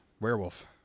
Werewolf